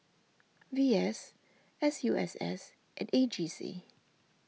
V S S U S S and A G C